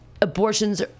abortions